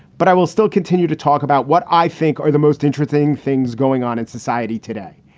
but i will still continue to talk about what i think are the most interesting things going on in society today.